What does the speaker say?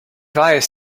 weiß